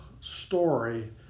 story